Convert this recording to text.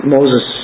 Moses